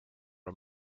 are